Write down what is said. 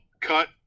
cut